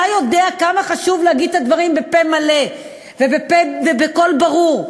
אתה יודע כמה חשוב להגיד את הדברים בפה מלא ובקול ברור.